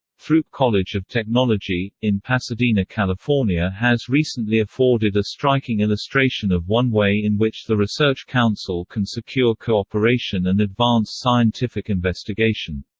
throop college of technology, in pasadena california has recently afforded a striking illustration of one way in which the research council can secure co-operation and advance scientific investigation.